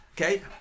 okay